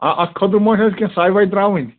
آ اَتھ خٲطرٕ ما چھِ اَسہِ کیٚنہہ سٕے وٕے تراوٕنۍ